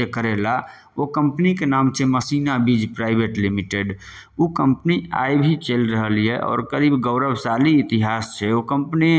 जे करेलाह ओ कम्पनीके नाम छियै मसीना बीज प्राइवेट लिमिटेड ओ कम्पनी आइ भी चलि रहल यए आओर करीब गौरवशाली इतिहास छै ओ कम्पनी